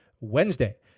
Wednesday